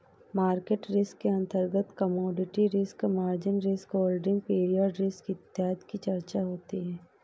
market risk के अंतर्गत commodity risk, margin risk, holding period risk इत्यादि की चर्चा होती है